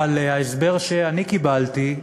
אבל ההסבר שאני קיבלתי,